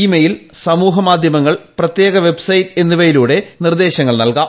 email സമൂഹമാധ്യമങ്ങൾ പ്രത്യേക website എന്നിവയിലൂടെ നിർദ്ദേശങ്ങൾ നൽകാം